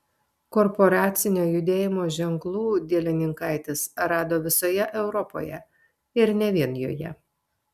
korporacinio judėjimo ženklų dielininkaitis rado visoje europoje ir ne vien joje